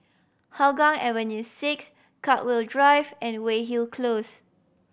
Hougang Avenue Six Chartwell Drive and Weyhill Close